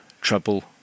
trouble